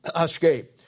escape